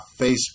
Facebook